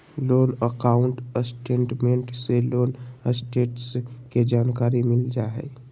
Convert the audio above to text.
loan account statement से loan status के जानकारी मिल जा हय